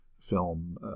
film